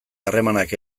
harremanak